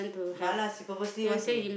she purposely want to